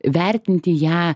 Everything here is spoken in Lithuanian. vertinti ją